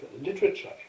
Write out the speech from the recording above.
literature